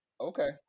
okay